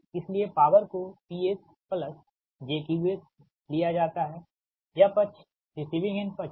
इसलिए पावर को PS j QS लिया जाता है यह पक्ष रिसीविंग एंड पक्ष है